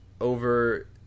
over